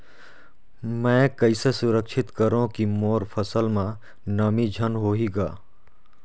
मैं कइसे सुरक्षित करो की मोर फसल म नमी झन होही ग?